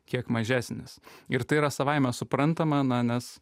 kiek mažesnis ir tai yra savaime suprantama na nes